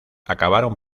acabaron